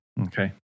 Okay